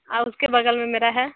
हाँ उसके बगल में मेरा है